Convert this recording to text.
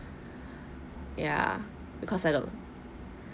ya because of the